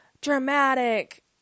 dramatic